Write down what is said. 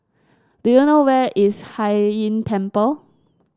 do you know where is Hai Inn Temple